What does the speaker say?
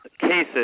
cases